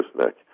Nick